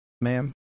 ma'am